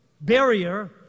barrier